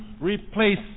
replace